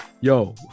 Yo